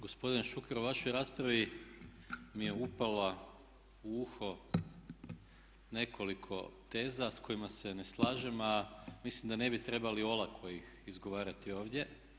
Gospodine Šuker u vašoj raspravi mi je upalo u uho nekoliko teza s kojima se ne slažem a mislim da ne bi trebali olako ih izgovarati ovdje.